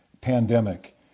pandemic